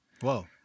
Whoa